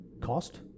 cost